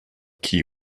key